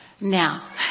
Now